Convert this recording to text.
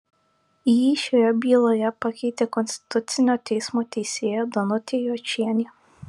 jį šioje byloje pakeitė konstitucinio teismo teisėja danutė jočienė